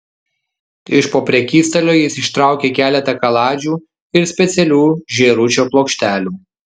iš po prekystalio jis ištraukė keletą kaladžių ir specialių žėručio plokštelių